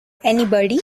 anybody